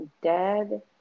dead